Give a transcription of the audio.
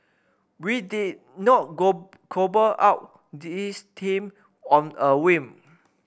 we did not cobble up this team on a whim